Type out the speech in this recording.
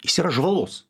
jis yra žvalus